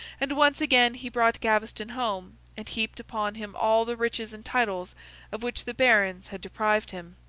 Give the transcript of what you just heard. and once again he brought gaveston home, and heaped upon him all the riches and titles of which the barons had deprived him.